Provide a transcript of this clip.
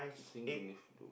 sing beneath the